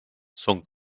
sont